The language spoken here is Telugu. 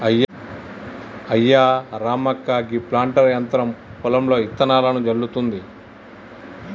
అయ్యా రామక్క గీ ప్లాంటర్ యంత్రం పొలంలో ఇత్తనాలను జల్లుతుంది